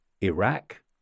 Iraq